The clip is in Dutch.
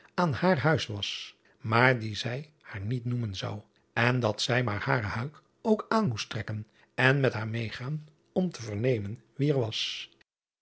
aan haar huis was maar die zij haar niet noemen zou en dat zij maar hare huik ook aan moest trekken en met haar meêgaan om te vernemen wie dat was